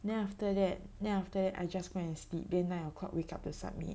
then after that then after that I just go and sleep then nine o'clock wake up to submit